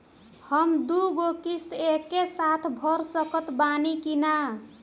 हम दु गो किश्त एके साथ भर सकत बानी की ना?